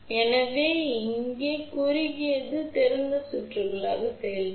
எனவே இங்கே குறுகியது திறந்த சுற்றுகளாக செயல்படும்